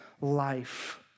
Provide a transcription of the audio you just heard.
life